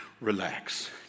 relax